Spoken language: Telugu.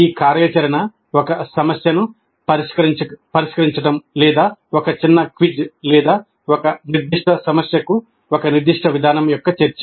ఈ కార్యాచరణ ఒక సమస్యను పరిష్కరించడం లేదా ఒక చిన్న క్విజ్ లేదా ఒక నిర్దిష్ట సమస్యకు ఒక నిర్దిష్ట విధానం యొక్క చర్చ